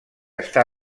està